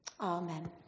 Amen